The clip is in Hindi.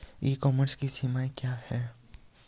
ई कॉमर्स की सीमाएं क्या हैं?